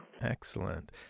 Excellent